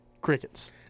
Crickets